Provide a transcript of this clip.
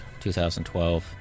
2012